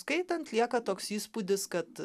skaitant lieka toks įspūdis kad